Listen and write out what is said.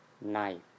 knife